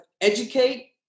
educate